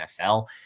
NFL